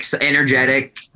energetic